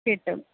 കിട്ടും